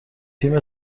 تیم